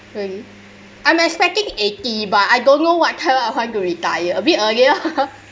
really I'm expecting eighty but I don't know what time I want to retire a bit earlier